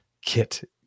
Kit